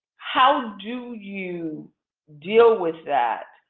how do you deal with that?